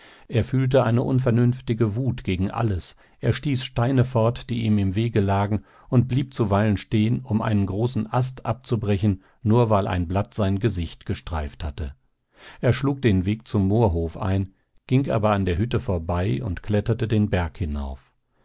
er fühlte eine unvernünftige wut gegen alles er stieß steine fort die ihm im wege lagen und blieb zuweilen stehen um einen großen ast abzubrechen nur weil ein blatt sein gesicht gestreift hatte er schlug den weg zum moorhof ein ging aber an der hütte vorbei und kletterte den berg hinauf